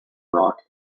rock